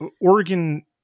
oregon